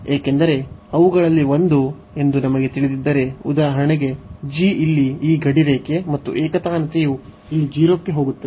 ಏಕೆಂದರೆ ಅವುಗಳಲ್ಲಿ ಒಂದು ಎಂದು ನಮಗೆ ತಿಳಿದಿದ್ದರೆ ಉದಾಹರಣೆಗೆ g ಇಲ್ಲಿ ಈ ಗಡಿರೇಖೆ ಮತ್ತು ಏಕತಾನತೆಯು ಇಲ್ಲಿ 0 ಕ್ಕೆ ಹೋಗುತ್ತದೆ